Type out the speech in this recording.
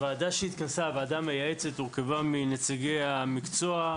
הוועדה המייעצת שהתכנסה הורכבה מנציגי המקצוע,